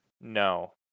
No